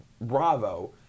bravo